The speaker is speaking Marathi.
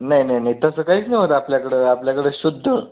नाही नाही नाही तसं काहीच नाही होत आपल्याकडं आपल्याकडं शुद्ध